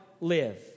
live